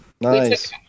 Nice